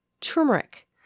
Turmeric